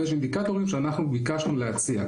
ויש אינדיקטורים שאנחנו ביקשנו להציע.